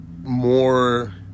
more